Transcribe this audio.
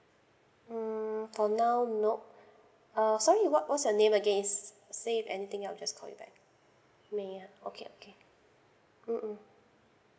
mm for now nope uh sorry what was your name again is say if anything I'll just call you back may ah okay okay mm mm